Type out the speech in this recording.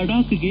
ಲಡಾಖ್ಗೆ